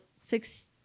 six